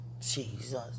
Jesus